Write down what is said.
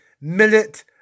millet